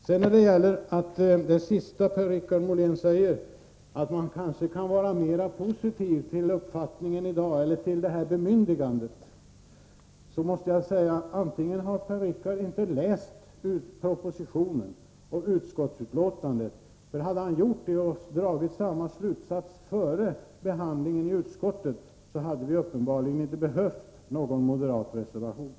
Vad beträffar det sista Per-Richard Molén sade, nämligen att man i dag kan vara mer positiv till bemyndigandet, måste jag säga att Per-Richard Molén antagligen inte har läst propositionen. Om han hade gjort det och dragit samma slutsats före behandlingen i utskottet, skulle någon reservation från moderat håll uppenbarligen inte ha behövts.